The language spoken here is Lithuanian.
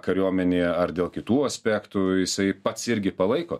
kariuomenėje ar dėl kitų aspektų jisai pats irgi palaiko